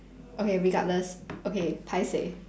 okay regardless okay paiseh